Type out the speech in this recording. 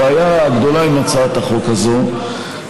הבעיה הגדולה עם הצעת החוק הזאת,